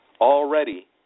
Already